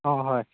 অঁ হয়